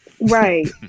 Right